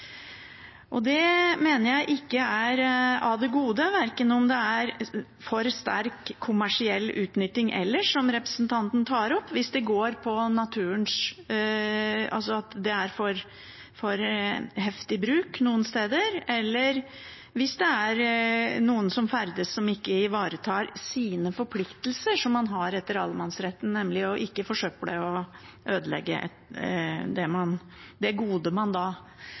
Det mener jeg ikke er av det gode, om det er for sterk kommersiell utnytting ellers, som representanten tar opp, om det er for heftig bruk noen steder, eller om det er noen som ferdes i naturen som ikke ivaretar de forpliktelsene de har etter allemannsretten, nemlig ikke å forsøple og ødelegge det godet man